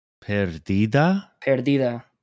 Perdida